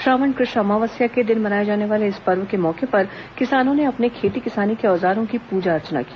श्रावण कृ ष्ण अमावस्या के दिन मनाए जाने वाले इस पर्व के मौके पर किसानों ने अपने खेती किसानी के औजारों की पूजा अर्चना की